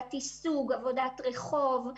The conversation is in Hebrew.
עבודת רחוב.